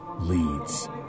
leads